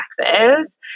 taxes